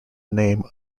name